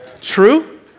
True